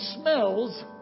smells